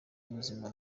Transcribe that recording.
y’ubuzima